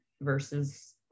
versus